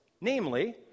Namely